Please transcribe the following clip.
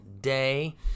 day